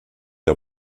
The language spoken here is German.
der